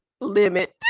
limit